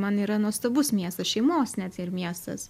man yra nuostabus miestas šeimos net ir miestas